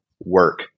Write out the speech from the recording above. work